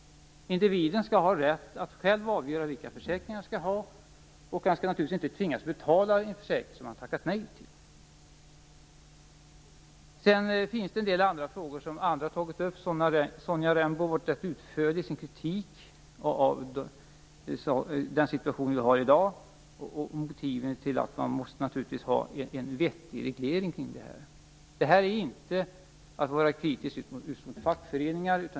Individen skall ha rätt att själv avgöra vilka försäkringar han skall ha, och han skall naturligtvis inte tvingas betala en försäkring som han har tackat nej till. Sedan finns det en del andra frågor som andra har tagit upp. Sonja Rembo har varit rätt utförlig i sin kritik av den situation vi har i dag. Hon har också tagit upp motiven till att man måste ha en vettig reglering kring det här. Det är inte fråga om att vara kritisk mot just fackföreningar.